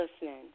listening